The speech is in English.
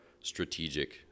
strategic